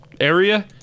area